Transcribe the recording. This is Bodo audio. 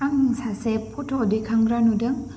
आं सासे फट' दैखांग्रा नुदों